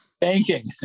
banking